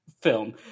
film